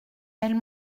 elle